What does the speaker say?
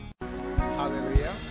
Hallelujah